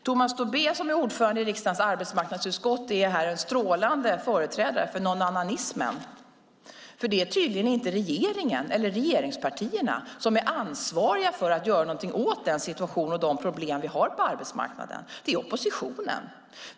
Tomas Tobé, som är ordförande i riksdagens arbetsmarknadsutskott, är här en strålande företrädare för "nånannanismen". Det är tydligen inte regeringen eller regeringspartierna som är ansvariga för att göra någonting åt den situation och de problem vi har på arbetsmarknaden. Det är oppositionen.